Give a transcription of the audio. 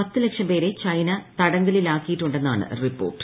പത്ത് ലക്ഷം പേരെ ചൈന തടങ്കലിലാക്കിയിട്ടുണ്ടെന്നാണ് റിപ്പോർട്ട്